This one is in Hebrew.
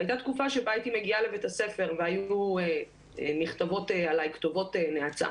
הייתה תקופה שבה הייתי מגיעה לבית הספר והיו נכתבות עליי כתובות נאצה